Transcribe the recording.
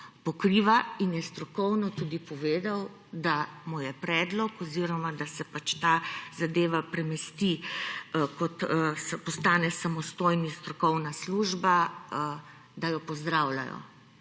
pokriva in je strokovno tudi povedal, da mu je predlog oziroma da se ta zadeva premesti kot, postane samostojna strokovna služba, da jo pozdravljajo